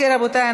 רבותיי,